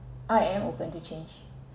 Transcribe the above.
I am open to change